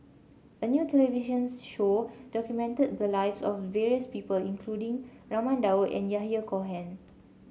a new television show documented the lives of various people including Raman Daud and Yahya Cohen